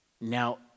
Now